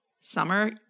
summer